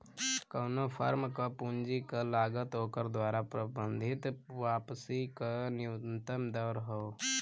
कउनो फर्म क पूंजी क लागत ओकरे द्वारा प्रबंधित वापसी क न्यूनतम दर हौ